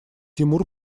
тимур